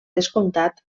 descomptat